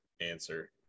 answer